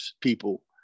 people